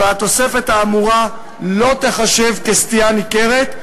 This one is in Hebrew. והתוספת האמורה לא תיחשב סטייה ניכרת,